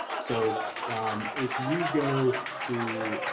so if you go to